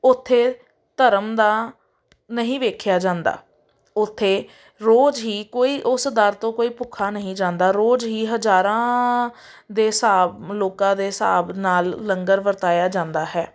ਉੱਥੇ ਧਰਮ ਦਾ ਨਹੀਂ ਦੇਖਿਆ ਜਾਂਦਾ ਉੱਥੇ ਰੋਜ਼ ਹੀ ਕੋਈ ਉਸ ਦਰ ਤੋਂ ਕੋਈ ਭੁੱਖਾ ਨਹੀਂ ਜਾਂਦਾ ਰੋਜ਼ ਹੀ ਹਜ਼ਾਰਾਂ ਦੇ ਹਿਸਾਬ ਲੋਕਾਂ ਦੇ ਹਿਸਾਬ ਨਾਲ ਲੰਗਰ ਵਰਤਾਇਆ ਜਾਂਦਾ ਹੈ